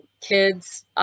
kids